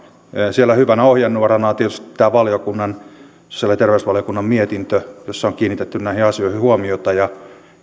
siellä hyvänä ohjenuorana on tietysti tämä sosiaali ja terveysvaliokunnan mietintö jossa on kiinnitetty näihin asioihin huomiota